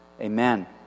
amen